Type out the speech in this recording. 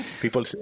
people